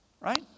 right